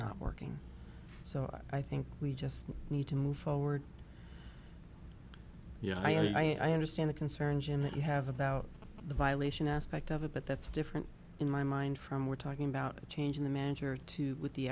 not working so i think we just need to move forward you know i understand the concern jim that you have about the violation aspect of it but that's different in my mind from we're talking about a change in the manager to with the